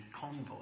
convoy